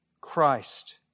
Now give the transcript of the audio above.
Christ